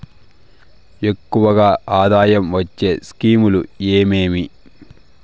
ఎక్కువగా ఆదాయం వచ్చే స్కీమ్ లు ఏమేమీ?